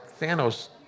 Thanos